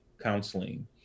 counseling